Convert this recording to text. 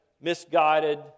misguided